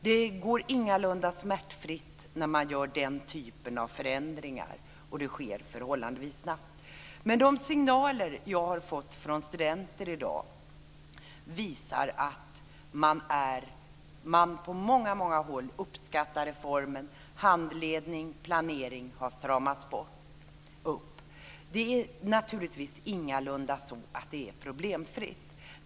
Det går ingalunda smärtfritt när man gör den typen av förändringar, och det sker förhållandevis snabbt. Men de signaler som vi har fått från studenter i dag visar att man på många håll uppskattar reformen. Handledning och planering har stramats upp. Det är naturligtvis ingalunda problemfritt.